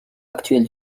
actuel